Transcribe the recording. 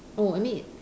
oh I mean